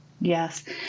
Yes